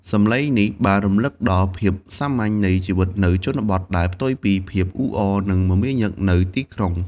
សំឡេងនេះបានរំលឹកដល់ភាពសាមញ្ញនៃជីវិតនៅជនបទ ដែលផ្ទុយពីភាពអ៊ូអរ និងមមាញឹកនៅទីក្រុង។